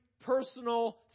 personal